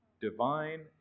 divine